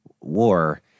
War